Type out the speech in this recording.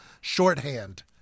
shorthand